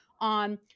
on